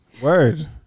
Word